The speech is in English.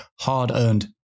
hard-earned